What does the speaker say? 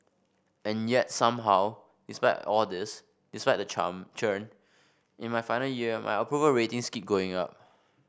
and yet somehow despite all this despite the charm churn in my final year my approval ratings keep going up